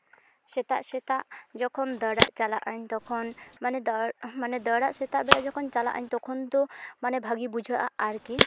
ᱥᱮᱛᱟᱜ ᱥᱮᱛᱟᱜ ᱡᱚᱠᱷᱚᱱ ᱫᱟᱹᱲᱟᱜ ᱪᱞᱟᱜᱼᱟᱹᱧ ᱛᱚᱠᱷᱚᱱ ᱢᱟᱱᱮ ᱫᱟᱹᱲ ᱫᱟᱹᱲᱟᱜ ᱥᱮᱛᱟᱜ ᱨᱮᱫᱚ ᱡᱚᱠᱷᱚᱱ ᱪᱟᱞᱟᱜᱼᱟᱹᱧ ᱛᱚᱠᱷᱚᱱ ᱫᱚ ᱢᱟᱱᱮ ᱵᱷᱟᱹᱜᱤ ᱵᱩᱡᱷᱟᱹᱜᱼᱟ ᱟᱨᱠᱤ